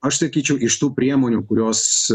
aš sakyčiau iš tų priemonių kurios